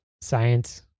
science